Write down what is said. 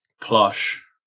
plush